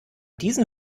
diesen